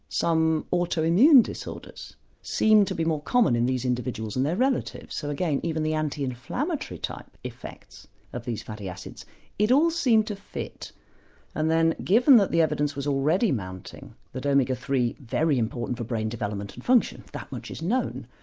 some auto-immune disorders seem to be more common in these individuals and their relatives. so again even the anti-inflammatory type effects of these fatty acids it all seemed to fit and then given that the evidence was already mounting that omega three, very important for brain development and function, that much is known,